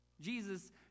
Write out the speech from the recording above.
Jesus